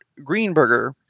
Greenberger